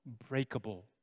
unbreakable